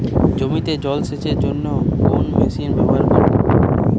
জমিতে জল সেচের জন্য কোন মেশিন ব্যবহার করব?